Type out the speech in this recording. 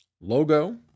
logo